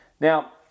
Now